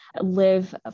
live